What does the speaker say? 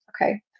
Okay